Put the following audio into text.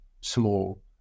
small